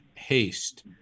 haste